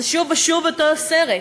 זה שוב ושוב אותו סרט.